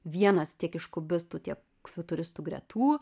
vienas tiek iš kubistų tiek futuristų gretų